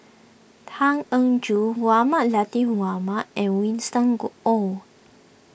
Tan Eng Joo Mohamed Latiff Mohamed and Winston go Oh